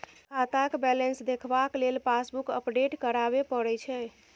खाताक बैलेंस देखबाक लेल पासबुक अपडेट कराबे परय छै